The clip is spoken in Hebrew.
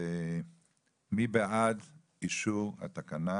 מי בעד אישור התקנה